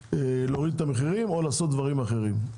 להוריד את המחירים או לעשות דברים אחרים.